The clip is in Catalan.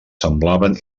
semblaven